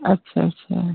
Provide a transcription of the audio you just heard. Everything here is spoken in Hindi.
अच्छा अच्छा